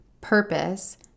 purpose